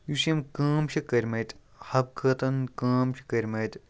یُس یِم کٲم چھِ کٔرۍ مٕتۍ حَبہٕ خٲتن کٲم چھِ کٔرۍ مٕتۍ